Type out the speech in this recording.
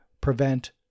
prevent